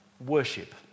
worship